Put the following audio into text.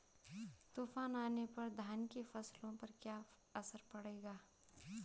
तूफान आने पर धान की फसलों पर क्या असर पड़ेगा?